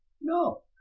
No